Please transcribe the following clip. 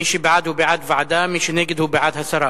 מי שבעד, הוא בעד ועדה, מי שנגד, הוא בעד הסרה.